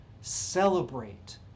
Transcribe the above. celebrate